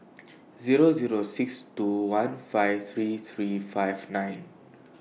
Zero Zero six two one five three three five nine